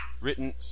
written